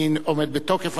אני עומד בתוקף על זכותך,